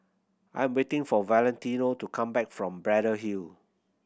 I am waiting for Valentino to come back from Braddell Hill